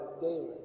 daily